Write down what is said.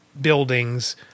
buildings